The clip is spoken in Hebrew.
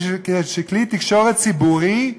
כשכלי תקשורת ציבורי,